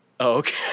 Okay